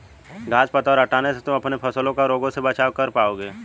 घांस पतवार हटाने से तुम अपने फसलों का रोगों से बचाव कर पाओगे